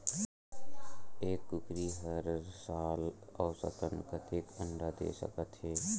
एक कुकरी हर साल औसतन कतेक अंडा दे सकत हे?